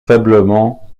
faiblement